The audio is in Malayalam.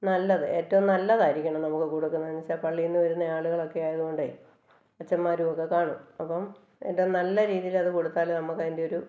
നല്ലത് ഏറ്റവും നല്ലതായിരിക്കണം നമുക്ക് കൊടുക്കണമെന്ന് വെച്ചാൽ പള്ളിയിൽ നിന്ന് വരുന്ന ആളുകളൊക്കെ ആയതുകൊണ്ട് അച്ഛനമാരൊക്കെ കാണും അപ്പം ഏറ്റവും നല്ല രീതിയിൽ അത് കൊടുത്താലെ നമുക്കതിൻ്റെ ഒരു